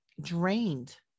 drained